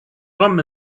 rum